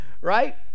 right